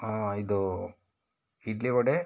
ಆಂ ಇದು ಇಡ್ಲಿ ವಡೆ